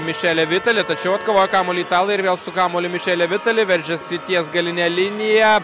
mišele vitali tačiau atkovoję kamuolį italai ir vėl su kamuoliu mišele vitali veržiasi ties galine linija